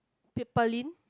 p~ Pearlyn